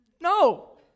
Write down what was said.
No